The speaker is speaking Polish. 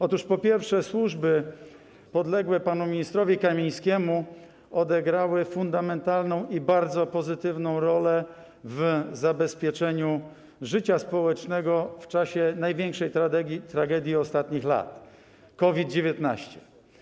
Otóż, po pierwsze, służby podległe panu ministrowi Kamińskiemu odegrały fundamentalną i bardzo pozytywną rolę w zabezpieczeniu życia społecznego w czasie największej tragedii ostatnich lat, COVID-19.